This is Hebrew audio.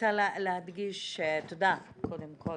תודה קודם כל,